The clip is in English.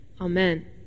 Amen